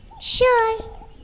Sure